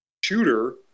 shooter